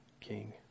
king